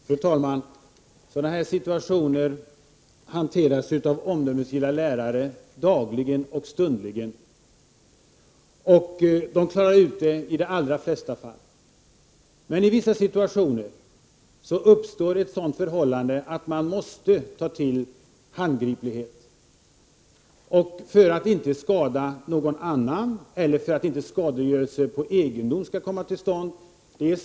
Fru talman! Sådana här situationer hanteras av omdömesgilla lärare dagligen och stundligen. De klarar dem i de allra flesta fall. Men i vissa situationer uppstår ett sådant förhållande att de måste ta till handgripligheter, detta för att inte någon annan skall skadas eller för att inte skadegörelse på egendom skall komma till stånd.